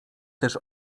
też